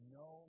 no